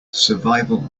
survival